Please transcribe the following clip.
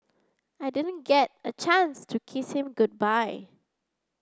I didn't get a chance to kiss him goodbye